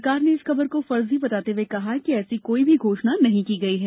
सरकार ने इस खबर को फर्जी बताते हुए कहा है कि इसने ऐसी कोई घोषणा नहीं की है